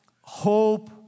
hope